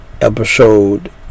episode